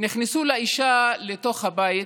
נכנסו לאישה לתוך הבית,